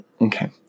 Okay